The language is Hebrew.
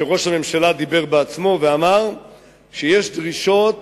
כשראש הממשלה דיבר בעצמו ואמר שיש דרישות